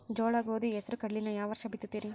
ಜೋಳ, ಗೋಧಿ, ಹೆಸರು, ಕಡ್ಲಿನ ಯಾವ ವರ್ಷ ಬಿತ್ತತಿರಿ?